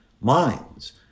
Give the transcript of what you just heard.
minds